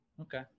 okay